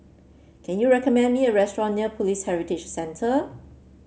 can you recommend me a restaurant near Police Heritage Centre